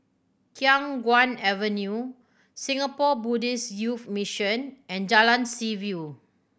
Khiang Guan Avenue Singapore Buddhist Youth Mission and Jalan Seaview